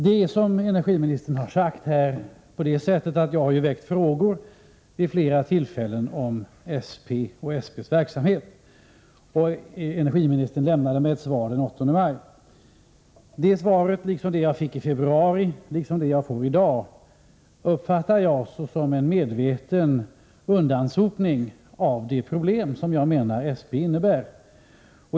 Jag har, som energiministern här har sagt, väckt frågor vid flera tillfällen om SP och SP:s verksamhet. Energiministern lämnade mig ett svar den 8 maj. Det svaret, liksom det jag fick i februari och det jag fick i dag, uppfattar jag som en medveten undansopning av det problem som jag menar att SP innebär.